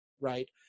right